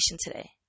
today